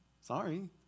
Sorry